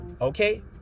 okay